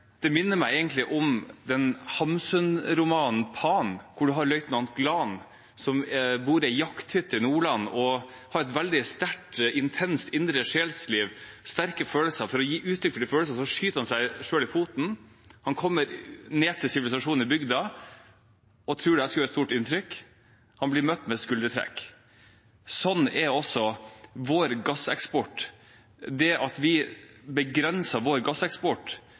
minner meg egentlig om Hamsun-romanen Pan, hvor løytnant Glahn bor i en jakthytte i Nordland og har et veldig sterkt, intenst indre sjelsliv og sterke følelser, og for å gi uttrykk for de følelsene skyter han seg selv i foten. Han kommer ned til sivilisasjonen i bygda og tror at dette skal gjøre et stort inntrykk. Han blir møtt med skuldertrekk. Sånn er det også med gasseksport. At vi begrenser vår gasseksport,